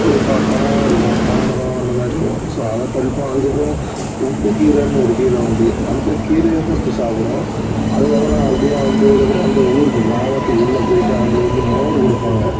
ஒரு ப பலருக்கும் மாமரம் அந்தமாதிரிருக்கும் ஸோ அதை பறிப்போம் அதுக்கப்புறம் உப்புக்கீரைனு ஒரு கீரை உண்டு அந்த கீரைய பறித்து சாப்புடுவோம் அதுக்கப்புறம் அப்படே வந்ததுக்கப்புறம் அந்த ஊருக்கு கிராமத்துக்கு உள்ள போய்ட்டு அங்கே வந்து மோர் கொடுப்பாங்க